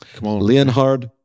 Leonhard